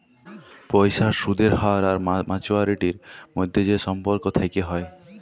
পয়সার সুদের হ্য়র আর মাছুয়ারিটির মধ্যে যে সম্পর্ক থেক্যে হ্যয়